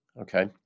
okay